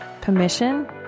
permission